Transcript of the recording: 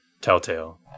Telltale